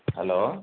hello